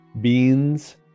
beans